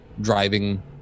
driving